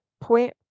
point